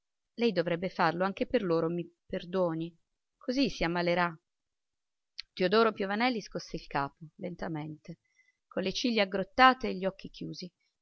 lei dovrebbe farlo anche per loro mi perdoni così si ammalerà teodoro piovanelli scosse il capo lentamente con le ciglia aggrottate e gli occhi chiusi